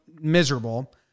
miserable